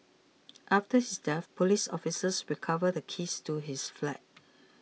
after his death police officers recovered the keys to his flat